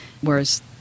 whereas